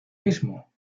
mismo